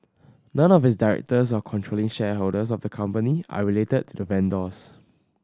none of its directors or controlling shareholders of the company are related to the vendors